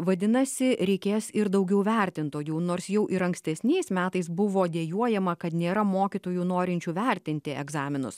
vadinasi reikės ir daugiau vertintojų nors jau ir ankstesniais metais buvo dejuojama kad nėra mokytojų norinčių vertinti egzaminus